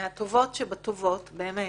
מהטובות שבטובות, באמת.